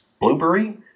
Blueberry